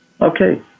Okay